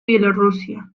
bielorrusia